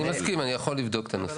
אני מסכים, אני יכול לבדוק את הנושא.